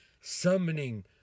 summoning